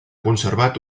conservat